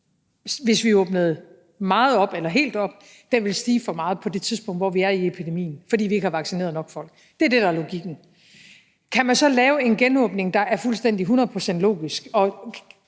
hvis vi åbnede meget eller helt op, stige for meget på det tidspunkt, som vi befinder på i epidemien, fordi vi ikke har vaccineret folk nok. Det er det, der er logikken. Kan man så lave en genåbning, der er fuldstændig hundrede procent logisk,